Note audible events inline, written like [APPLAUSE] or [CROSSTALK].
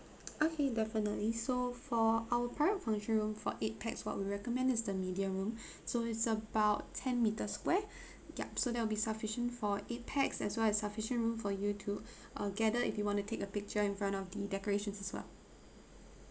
okay definitely so for our private function room for eight pax what we recommend is the medium room [BREATH] so it's about ten meter square [BREATH] yup so there will be sufficient for eight pax as well as sufficient room for you to uh gather if you want to take a picture in front of the decorations as well